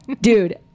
dude